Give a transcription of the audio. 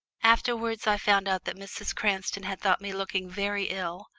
afterwards i found out that mrs. cranston had thought me looking very ill,